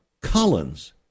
Collins